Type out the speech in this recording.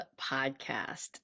podcast